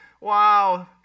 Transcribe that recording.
wow